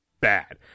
bad